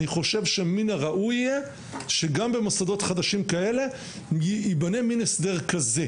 אני חושב שמן הראוי יהיה שגם במוסדות חדשים כאלה ייבנה מן הסדר כזה,